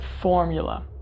formula